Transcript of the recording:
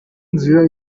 nzira